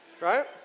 right